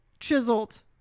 chiseled